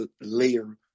layer